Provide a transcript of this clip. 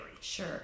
Sure